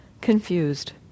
confused